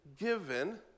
given